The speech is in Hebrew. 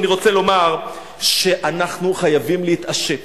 ולסיום אני רוצה לומר, שאנחנו חייבים להתעשת